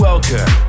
Welcome